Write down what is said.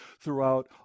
throughout